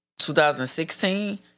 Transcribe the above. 2016